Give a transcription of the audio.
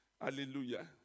Hallelujah